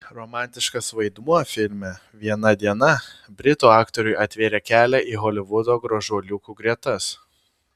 romantiškas vaidmuo filme viena diena britų aktoriui atvėrė kelią į holivudo gražuoliukų gretas